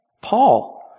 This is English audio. Paul